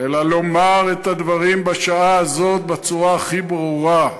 אלא לומר את הדברים בשעה הזאת בצורה הכי ברורה: